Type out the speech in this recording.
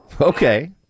Okay